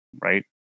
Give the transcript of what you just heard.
right